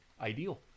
ideal